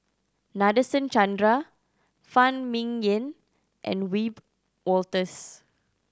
Nadasen Chandra Phan Ming Yen and Wiebe Wolters